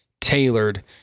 tailored